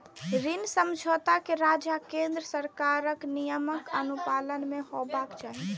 ऋण समझौता कें राज्य आ केंद्र सरकारक नियमक अनुपालन मे हेबाक चाही